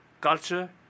Culture